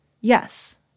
yes